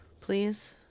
please